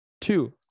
two